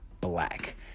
black